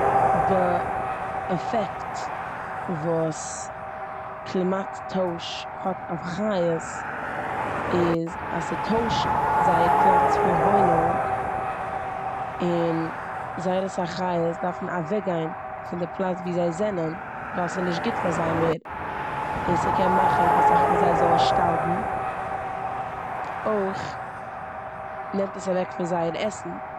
די עפעקט וואס קלימאט טויש האט אויף חיות איז אז ס'טוישט זייער פלאץ פון וואוינונג און זייער אסאך חיות דארפן אוועקגיין פון די פלאץ ווי זיי זענען ווייל ס'נישט גוט פאר זיי מער, און ס'קען מאכן אסאך פון זיי זאלן שטארבן. אויך נעמט עס אוועק פון זייער עסן.